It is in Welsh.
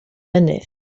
mynydd